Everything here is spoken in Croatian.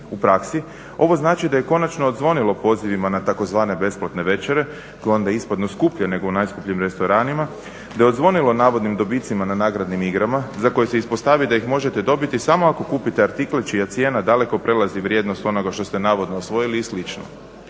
U praksi ovo znači da je konačno odzvonilo pozivima na tzv. besplatne večere koje onda ispadne skuplje nego u najskupljim restoranima, da je odzvonilo navodnim dobicima na nagradnim igrama za koje se ispostavi da ih možete dobiti samo ako kupite artikl čija cijena daleko prelazi vrijednost onoga što ste navodno osvojili i